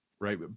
right